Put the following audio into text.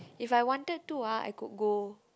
if I wanted to ah I could go